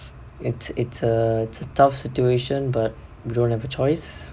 it's it's a tough situation but we don't have a choice